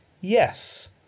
yes